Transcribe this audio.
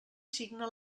signa